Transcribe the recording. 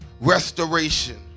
Restoration